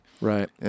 Right